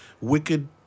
wicked